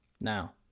Now